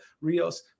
Rios